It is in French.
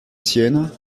sienne